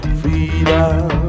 freedom